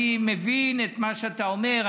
אני מבין את מה שאתה אומר.